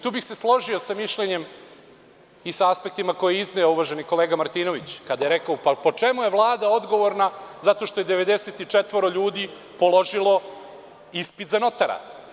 Tu bih se složio sa mišljenje i sa aspektima koje je izneo uvaženi kolega Martinović, kada je rekao, po čemu je Vlada odgovorna, zato što je 94 ljudi položilo ispit na notara?